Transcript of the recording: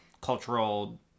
cultural